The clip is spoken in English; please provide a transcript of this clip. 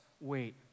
wait